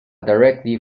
directly